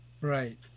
Right